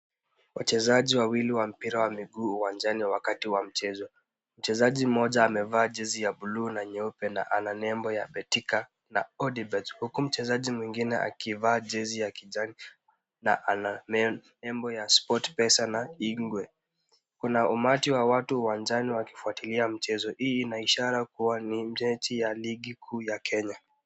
Wachezaji wawili wa mpira wa miguu uwanjani wakati wa michezo. Mchezaji mmoja amevaa jezi ya buluu na nyeupe na ana nembo ya betika na odibet huku mchezaji mwingine akivaa jezi ya kijani na ana nembo ya sport pesa na ingwe. Kuna umati wa watu uwanjani wakifuata mchezo hii na ishara kua ni mechi kuu ya ligi ya Kenya.